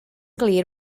glir